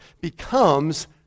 becomes